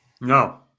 No